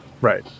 right